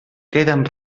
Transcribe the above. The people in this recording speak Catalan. queden